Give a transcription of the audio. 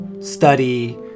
study